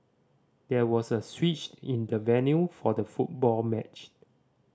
there was a switch in the venue for the football matched